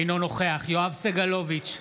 אינו נוכח יואב סגלוביץ'